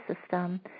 system